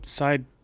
side